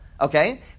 Okay